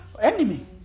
enemy